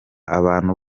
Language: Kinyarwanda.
abantu